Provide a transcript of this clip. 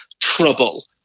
trouble